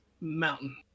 mountain